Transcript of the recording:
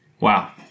Wow